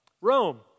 Rome